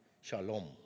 shalom